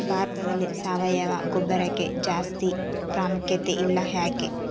ಭಾರತದಲ್ಲಿ ಸಾವಯವ ಗೊಬ್ಬರಕ್ಕೆ ಜಾಸ್ತಿ ಪ್ರಾಮುಖ್ಯತೆ ಇಲ್ಲ ಯಾಕೆ?